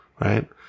right